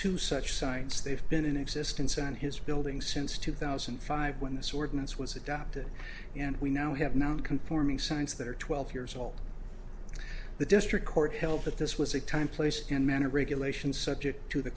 to such science they've been in existence in his building since two thousand and five when this ordinance was adopted and we now have non conforming science that are twelve years old the district court held that this was a time place and manner of regulation is subject to the